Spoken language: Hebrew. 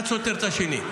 אחד סותר את השני.